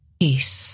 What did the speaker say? peace